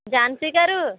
ఝాన్సీ గారు